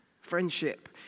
Friendship